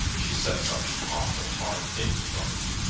she said such awful hard things about it.